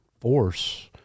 force